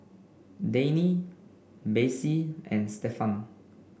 Dayne Bessie and Stefan